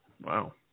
wow